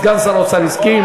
סגן שר האוצר הסכים.